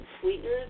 sweeteners